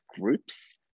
groups